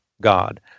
God